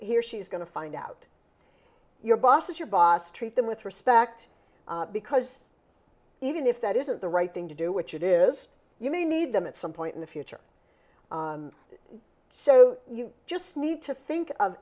he or she is going to find out your boss is your boss treat them with respect because even if that isn't the right thing to do which it is you may need them at some point in the future so you just need to think of